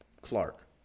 Clark